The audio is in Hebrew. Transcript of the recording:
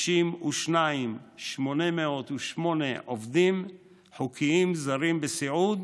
שמתוך 52,808 עובדים חוקיים זרים בסיעוד,